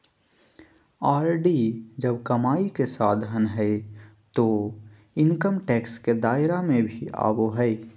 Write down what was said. RD जब कमाई के साधन हइ तो इनकम टैक्स के दायरा में भी आवो हइ